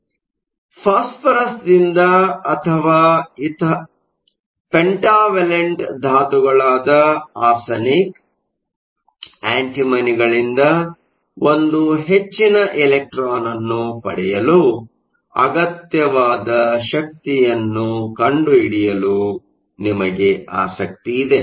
ಆದ್ದರಿಂದ ಫಾಸ್ಫರಸ್ದಿಂದ ಅಥವಾ ಇತರ ಪೆಂಟಾವಲೆಂಟ್ ಧಾತುಗಳಾದ ಆರ್ಸೆನಿಕ್ ಆಂಟಿಮನಿಗಳಿಂದ ಒಂದು ಹೆಚ್ಚಿನ ಎಲೆಕ್ಟ್ರಾನ್ ಅನ್ನು ಪಡೆಯಲು ಅಗತ್ಯವಾದ ಶಕ್ತಿಯನ್ನು ಕಂಡುಹಿಡಿಯಲು ನಿಮಗೆ ಆಸಕ್ತಿಯಿದೆ